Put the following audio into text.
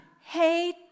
hey